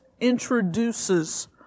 introduces